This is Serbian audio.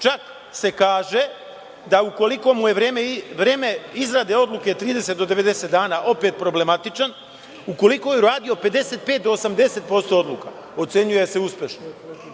čak se kaže, da ukoliko mu je vreme izrade odluke 30 do 90 dana, opet problematičan, ukoliko je uradio 55% do 80% odluka, ocenjuje se uspešno.